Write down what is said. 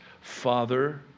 Father